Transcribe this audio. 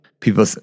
people